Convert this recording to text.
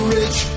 rich